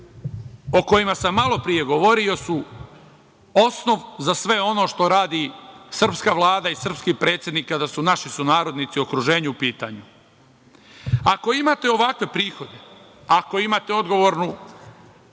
o kojima sam malopre govorio su osnov za sve ono što radi srpska Vlada i srpski predsednik, kada da su naši sunarodnici u okruženju u pitanju. Ako imate ovakve prihode, ako imate odgovornu